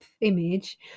image